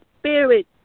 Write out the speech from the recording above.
spirit